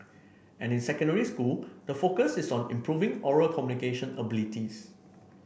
and in secondary school the focus is on improving oral communication abilities